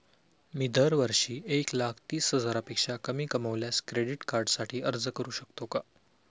मी दरवर्षी एक लाख तीस हजारापेक्षा कमी कमावल्यास क्रेडिट कार्डसाठी अर्ज करू शकतो का?